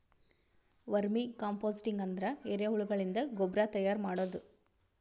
vermi composting ಅಂದ್ರ ಎರಿಹುಳಗಳಿಂದ ಗೊಬ್ರಾ ತೈಯಾರ್ ಮಾಡದು